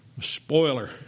Spoiler